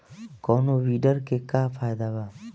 कौनो वीडर के का फायदा बा?